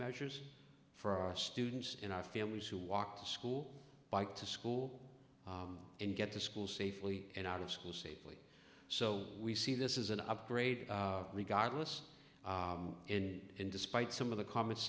measures for our students in our families who walk to school bike to school and get to school safely and out of school safely so we see this is an upgrade regardless in despite some of the comments